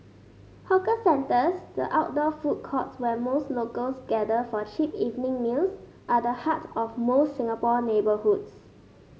hawker centres the outdoor food courts where most locals gather for a cheap evening meals are the heart of most Singapore neighbourhoods